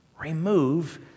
Remove